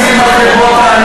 קודם העלינו, אה, ברוך הבא.